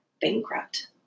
bankrupt